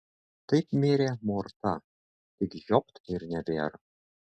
taip mirė morta tik žiopt ir nebėr